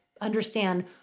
understand